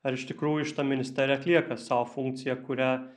ar iš tikrųjų šita ministerija atlieka savo funkciją kurią